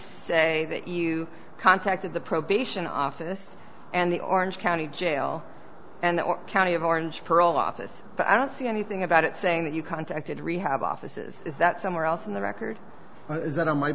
say that you contacted the probation office and the orange county jail and the county of orange parole office but i don't see anything about it saying that you contacted rehab offices is that somewhere else in the record is that on my